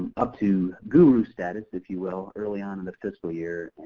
up to guru status, if you will, early on in the fiscal year,